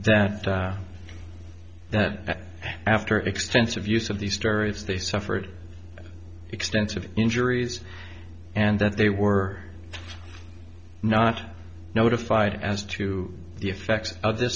that that after extensive use of these steroids they suffered extensive injuries and that they were not notified as to the effects of the